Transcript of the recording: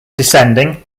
descending